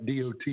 DOT